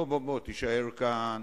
תישאר כאן.